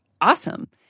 awesome